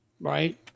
Right